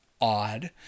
odd